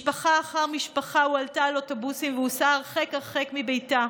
משפחה אחר משפחה הועלתה על האוטובוסים והוסעה הרחק הרחק מביתה,